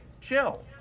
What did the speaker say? Chill